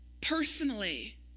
personally